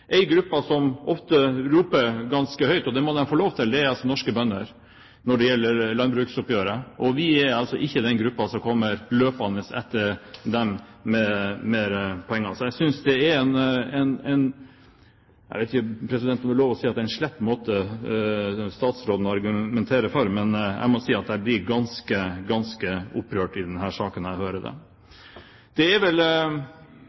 gruppe som ofte roper ganske høyt, og det må de få lov til, er norske bønder når det gjelder landbruksoppgjøret, og vi er altså ikke i den gruppen som kommer løpende etter dem med mer penger. Så jeg synes det er – jeg vet ikke, president, om det er lov å si det – en slett måte statsråden argumenterer på. Jeg må si at jeg blir ganske, ganske opprørt når jeg hører det i denne saken. Det